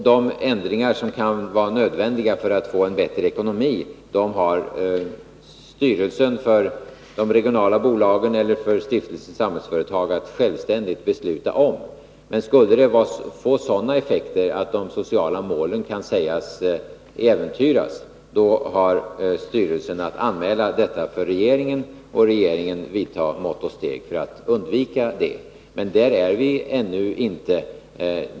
De ändringar som kan vara nödvändiga för att få en bättre ekonomi har styrelsen för de regionala bolagen eller för Stiftelsen Samhällsföretag att självständigt besluta om. Skulle ändringarna få sådana effekter att de sociala målen kan sägas äventyras, har styrelsen att anmäla detta för regeringen och regeringen att vidta mått och steg för att undvika det. Men där är vi ännu inte.